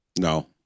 No